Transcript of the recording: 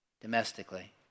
domestically